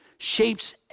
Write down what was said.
shapes